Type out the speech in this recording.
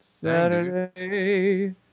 Saturday